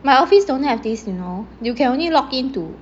my office don't have this you know you can only login to